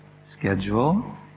schedule